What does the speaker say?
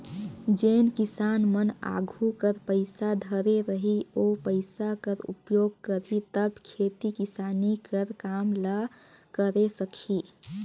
जेन किसान मन आघु कर पइसा धरे रही ओ पइसा कर उपयोग करही तब खेती किसानी कर काम ल करे सकही